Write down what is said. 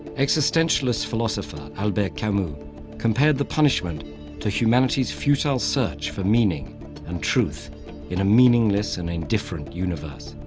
existentialist philosopher albert camus compared the punishment to humanity's futile search for meaning and truth in a meaningless and indifferent universe.